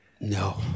No